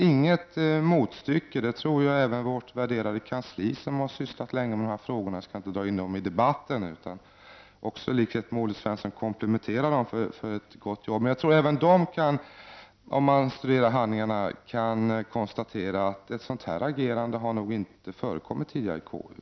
Jag tror att även vårt värderade kansli — jag skall inte dra in det i debatten, men jag vill i likhet med Olle Svensson komplimentera det för ett gott arbete — som har sysslat länge med dessa frågor, kan konstatera att ett sådant här agerande nog inte har förekommit tidigare i KU.